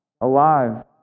alive